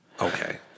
Okay